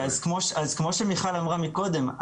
אז כמו שמיכל אמרה מקודם,